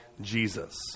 Jesus